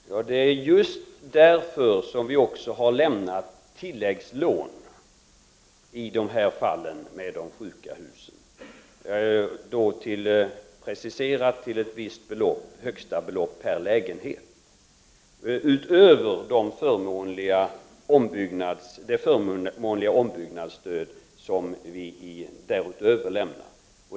Herr talman! Det är just därför som vi när det gäller de sjuka husen har lämnat tilläggslån, preciserade till ett visst högsta belopp per lägenhet, utöver det förmånliga ombyggnadsstöd som vi redan lämnat.